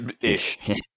Ish